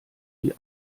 die